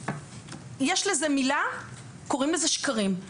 יש לזה מילה וקוראים לה שקרים.